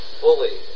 fully